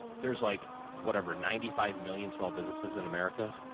there's like whatever, ninety five million small businesses in america,